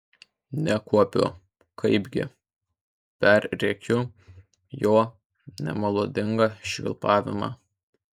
nekuopiu kaipgi perrėkiu jo nemelodingą švilpavimą